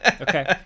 okay